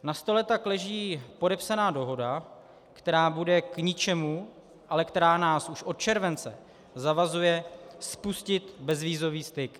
Na stole tak leží podepsaná dohoda, která bude k ničemu, ale která nás už od července zavazuje spustit bezvízový styk.